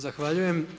Zahvaljujem.